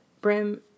brim